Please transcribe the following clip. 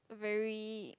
very